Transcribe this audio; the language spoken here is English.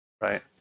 right